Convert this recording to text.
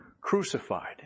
Crucified